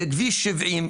בכביש 70,